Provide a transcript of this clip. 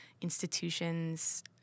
institutions